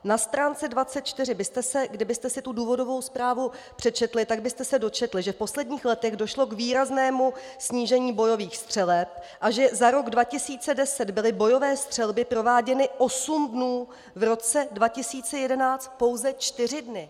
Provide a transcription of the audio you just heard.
Na stránce 24, kdybyste si tu důvodovou zprávu přečetli, byste se dočetli, že v posledních letech došlo k výraznému snížení bojových střeleb a že za rok 2010 byly bojové střelby prováděny osm dnů, v roce 2011 pouze čtyři dny.